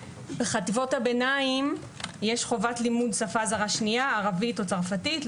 בחטיבות הביניים יש חובת לימוד שפה זרה שנייה ערבית או צרפתית,